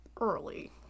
early